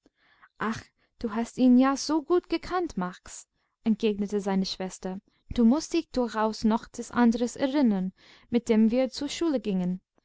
ach du hast ihn ja so gut gekannt max entgegnete seine schwester du mußt dich durchaus noch des andres erinnern mit dem wir zur schule gingen